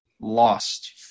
lost